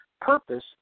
Purpose